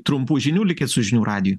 trumpų žinių likit su žinių radiju